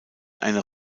einer